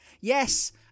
Yes